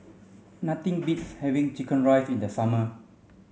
nothing beats having chicken rice in the summer